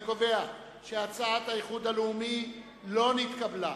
אני קובע שהצעת סיעת האיחוד הלאומי לא נתקבלה.